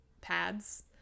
pads